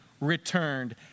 returned